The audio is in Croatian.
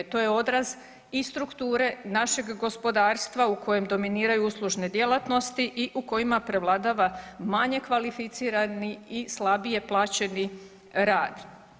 To je odraz i strukture našeg gospodarstva u kojem dominiraju uslužne djelatnosti i u kojima prevladava manje kvalificirani i slabije plaćeni rad.